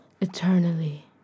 eternally